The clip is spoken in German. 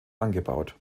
angebaut